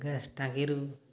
gas ଟାଙ୍କିରୁ